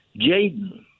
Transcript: Jaden